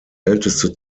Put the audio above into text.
älteste